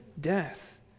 death